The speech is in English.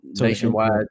nationwide